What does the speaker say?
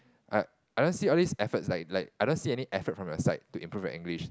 I I don't see all this efforts like like I don't see any effort from your side to improve your English